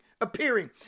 appearing